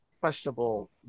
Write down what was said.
questionable